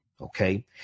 okay